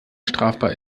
strafbar